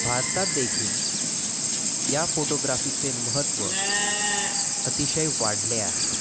भारतात देखील या फोटोग्राफीचे महत्त्व अतिशय वाढले आहे